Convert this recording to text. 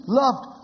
loved